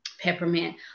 peppermint